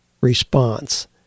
response